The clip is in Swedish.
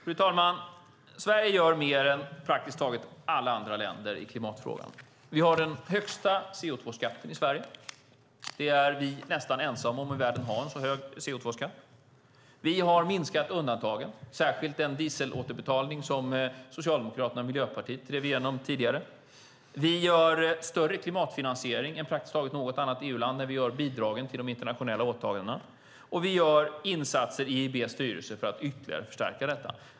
Fru talman! Sverige gör mer än praktiskt taget alla andra länder i klimatfrågan. Vi har den högsta CO2-skatten i Sverige. Vi är nästan ensamma i världen om att ha en så hög CO2-skatt. Vi har minskat undantagen, särskilt den dieselåterbetalning som Socialdemokraterna och Miljöpartiet drev igenom tidigare. Med bidragen till de internationella åtagandena har vi större klimatfinansiering än praktiskt taget något annat EU-land. Vi gör insatser i EIB:s styrelse för att ytterligare förstärka detta.